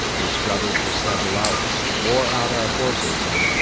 we struggled for several hours, wore out our horses and,